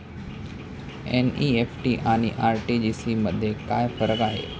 NEFT आणि RTGS मध्ये काय फरक आहे?